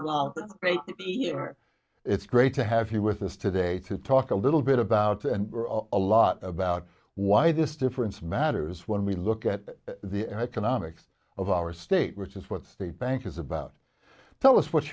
hello it's great to have you with us today to talk a little bit about and a lot about why this difference matters when we look at the economics of our state which is what state bank is about tell us what